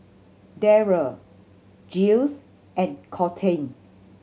Derald Giles and Colten